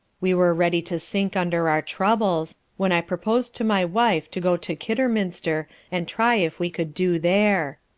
we were ready to sink under our troubles when i purposed to my wife to go to kidderminster and try if we could do there.